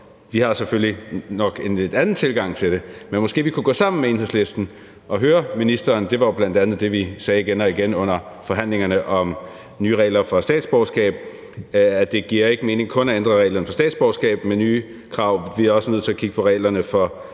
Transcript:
Vi har selvfølgelig nok en lidt anden tilgang til det, men måske vi kunne gå sammen med Enhedslisten og høre ministeren om det. Det var jo bl.a. det, vi sagde igen og igen under forhandlingerne om nye regler for statsborgerskab, altså at det ikke giver mening kun at ændre reglerne for statsborgerskab med nye krav, vi er også nødt til at kigge på reglerne for